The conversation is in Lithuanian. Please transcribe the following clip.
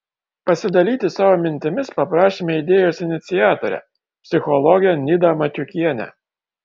pasidalyti savo mintimis paprašėme idėjos iniciatorę psichologę nidą matiukienę